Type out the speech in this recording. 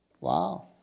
Wow